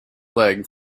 leg